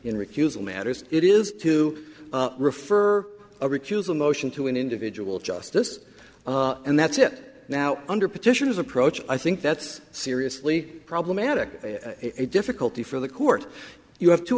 in recusal matters it is to refer a recusal motion to an individual justice and that's it now under petitioners approach i think that's seriously problematic a difficulty for the court you have two